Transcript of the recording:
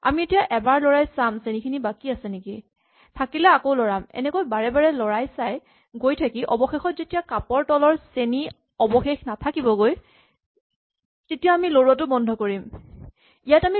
আমি এতিয়া এবাৰ লৰাই চাম চেনি বাকী আছেনেকি থাকিলে আকৌ লৰাম এনেকৈয়ে বাৰে বাৰে লৰাই চাই গৈ থাকি অৱশেষত যেতিয়া কাপৰ তলত চেনিৰ অৱশেষ নাথাকিবগৈ তেতিয়া আমি লৰোৱাটো বন্ধ কৰিম